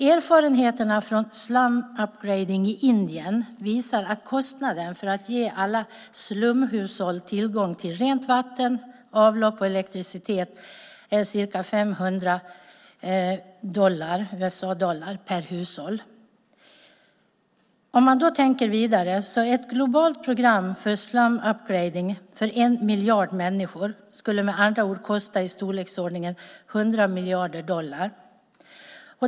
Erfarenheterna från slum upgrading i Indien visar att kostnaden för att ge alla slumhushåll tillgång till rent vatten, avlopp och elektricitet är ca 500 dollar per hushåll. Ett globalt program för slum upgrading för en miljard människor skulle, med andra ord, kosta i storleksordningen 100 miljarder dollar.